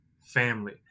family